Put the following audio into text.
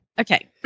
okay